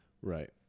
Right